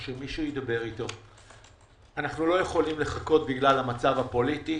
אנחנו לא יכולים לחכות בגלל הפוליטי.